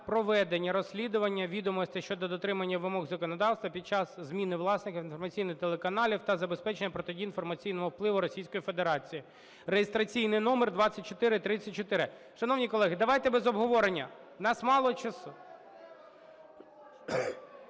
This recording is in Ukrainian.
проведення розслідування відомостей щодо дотримання вимог законодавства під час зміни власників інформаційних телеканалів та забезпечення протидії інформаційному впливу Російської Федерації" (реєстраційний номер 2434). Шановні колеги, давайте без обговорення, в нас мало часу.